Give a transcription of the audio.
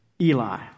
Eli